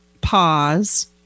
pause